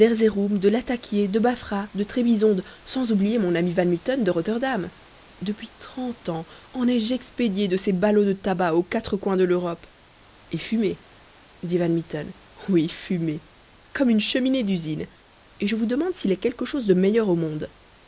de latakié de bafra de trébizonde sans oublier mon ami van mitten de rotterdam depuis trente ans en ai-je expédié de ces ballots de tabac aux quatre coins de l'europe et fumé dit van mitten oui fumé comme une cheminée d'usine et je vous demande s'il est quelque chose de meilleur au monde